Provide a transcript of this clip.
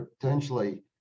potentially